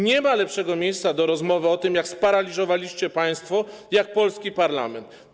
Nie ma lepszego miejsca do rozmowy o tym, jak sparaliżowaliście państwo, niż polski parlament.